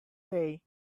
day